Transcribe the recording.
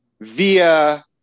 via